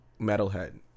Metalhead